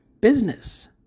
business